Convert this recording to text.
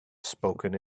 spoken